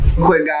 Quick